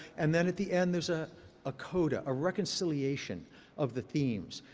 and then at the end there's ah a coda, a reconciliation of the themes.